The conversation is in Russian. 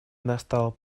настал